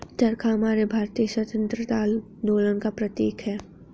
चरखा हमारे भारतीय स्वतंत्रता आंदोलन का प्रतीक है